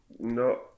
No